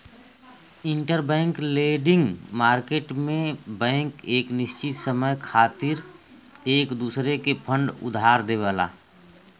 interbank lending market में bank एक निश्चित समय खातिर एक दूसरे के फंड उधार देवला